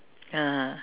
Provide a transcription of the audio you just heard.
(uh huh)